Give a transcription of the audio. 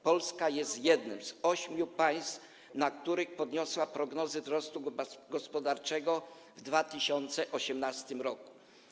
Polska jest jednym z ośmiu państw, w przypadku których podniosła prognozy wzrostu gospodarczego w 2018 r.